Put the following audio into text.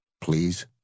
please